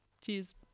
Cheers